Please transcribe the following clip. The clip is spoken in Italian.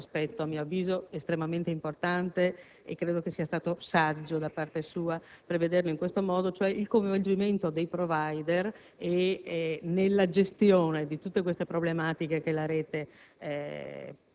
aspetto, a mio avviso estremamente importante (e credo sia stato saggio da parte sua prevederlo in questo modo), e cioè il coinvolgimento dei *provider* nella gestione di tutte le problematiche che la Rete